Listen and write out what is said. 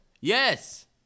Yes